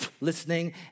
listening